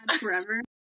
forever